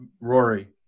Rory